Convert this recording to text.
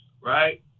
right